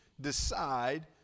decide